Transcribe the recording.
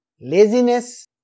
laziness